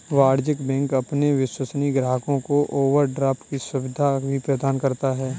वाणिज्य बैंक अपने विश्वसनीय ग्राहकों को ओवरड्राफ्ट की सुविधा भी प्रदान करता है